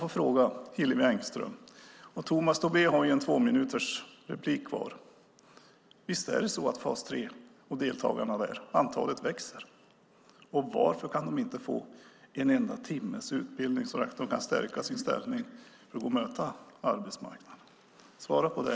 Jag frågar Hillevi Engström - Tomas Tobé har ju ett tvåminutersinlägg kvar - visst växer antalet deltagare i fas 3? Varför kan de inte få en enda timmes utbildning så att de kan stärka sin ställning för att möta arbetsmarknaden?